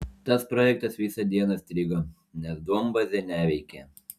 tas projektas visą dieną strigo nes duombazė neveikė